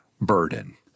burden